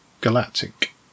Galactic